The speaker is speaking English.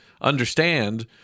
understand